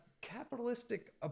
capitalistic